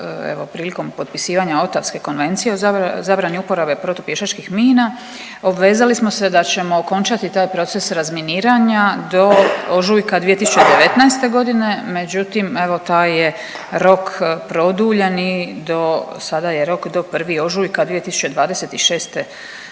prilikom potpisivanja Otavske konvencije o zabrani uporabe protupješačkih mina, obvezali smo se da ćemo okončati taj proces razminiranja do ožujka 2019.g., međutim evo taj je rok produljen i do, sad je rok do 1. ožujka 2026.g.,